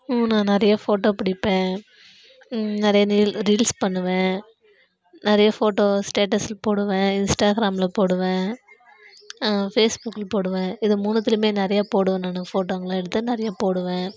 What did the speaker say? நான் நிறையா ஃபோட்டோ பிடிப்பேன் நிறைய நிரில் ரீல்ஸ் பண்ணுவேன் நிறைய ஃபோட்டோ ஸ்டேட்டஸில் போடுவேன் இன்ஸ்டாகிராமில் போடுவேன் ஃபேஸ்புக்கில் போடுவேன் இது மூணுத்திலேயுமே நிறையா போடுவேன் நான் ஃபோட்டோங்கலாம் எடுத்து நிறைய போடுவேன்